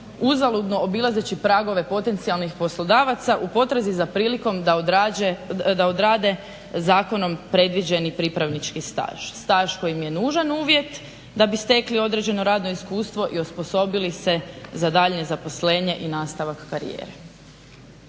uzaludno obilazeći pragove potencijalnih poslodavaca u potrazi za prilikom da odrade zakonom predviđeni pripravnički staž, staž koji im je nužan uvjet da bi stekli određeno radno iskustvo i osposobili se za daljnje zaposlenje i nastavak karijere.